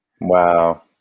wow